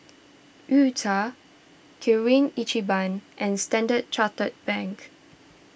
U Cha Kirin Ichiban and Standard Chartered Bank